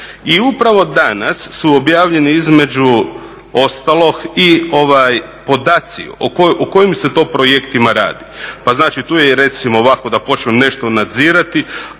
I upravo danas su objavljeni između ostalog i podaci o kojim se to projektima radi. Pa znači tu je i recimo ovako da počnem nešto nadzirati